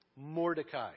Mordecai